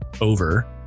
over